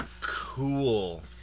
Cool